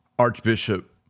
Archbishop